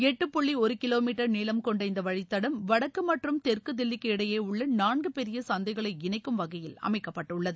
எட்டு புள்ளி ஒரு கிலோமீட்டர் நீளம்கொண்ட இந்த வழித்தடம் வடக்கு மற்றும் தெற்கு தில்லிக்கு இடையே உள்ள நான்கு பெரிய சந்தைகளை இணைக்கும் வகையில் அமைக்கப்பட்டுள்ளது